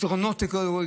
מסדרונות אקולוגיים,